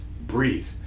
breathe